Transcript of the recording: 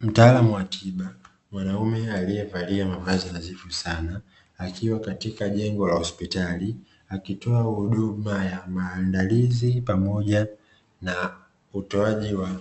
Mtaalamu wa tiba mwanaume aliyevalia mavazi nadhifu sana, akiwa katika jengo la hospitali akitoa huduma ya maandalizi pamoja na utoaji wa